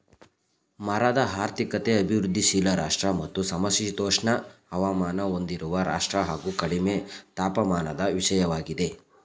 ಮರದ ಆರ್ಥಿಕತೆ ಅಭಿವೃದ್ಧಿಶೀಲ ರಾಷ್ಟ್ರ ಮತ್ತು ಸಮಶೀತೋಷ್ಣ ಹವಾಮಾನ ಹೊಂದಿರುವ ರಾಷ್ಟ್ರ ಹಾಗು ಕಡಿಮೆ ತಾಪಮಾನದ ವಿಷಯವಾಗಿದೆ